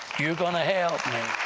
you're gonna help